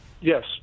Yes